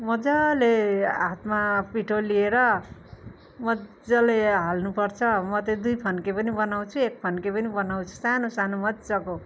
मज्जाले हातमा पिठो लिएर मज्जाले हाल्नुपर्छ म त दुई फन्के पनि बनाउँछु एक फन्के पनि बनाउँछु सानो सानो मज्जाको